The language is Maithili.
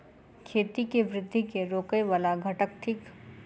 खेती केँ वृद्धि केँ रोकय वला घटक थिक?